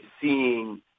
seeing